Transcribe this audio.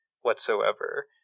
whatsoever